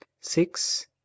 six